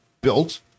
built